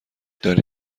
داری